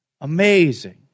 amazing